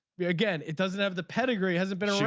but again it doesn't have the pedigree hasn't been